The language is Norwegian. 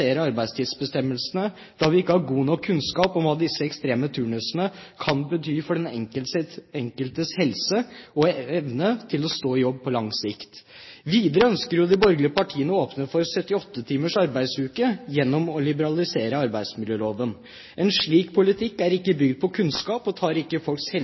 liberalisere arbeidstidsbestemmelsene, da vi ikke har god nok kunnskap om hva disse ekstreme turnusene kan bety for den enkeltes helse og evne til å stå i jobb på lang sikt. Videre ønsker jo de borgerlige partiene å åpne for 78-timers arbeidsuke gjennom å liberalisere arbeidsmiljøloven. En slik politikk er ikke bygd på kunnskap, og tar ikke folks